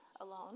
alone